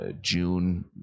June